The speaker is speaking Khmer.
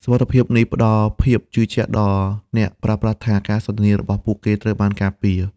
សុវត្ថិភាពនេះផ្ដល់ភាពជឿជាក់ដល់អ្នកប្រើប្រាស់ថា ការសន្ទនារបស់ពួកគេត្រូវបានការពារ។